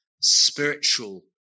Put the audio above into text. spiritual